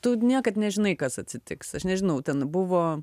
tu niekad nežinai kas atsitiks aš nežinau ten buvo